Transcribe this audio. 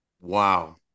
Wow